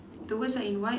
the words are in white